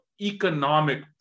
economic